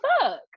fuck